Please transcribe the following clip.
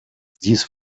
dies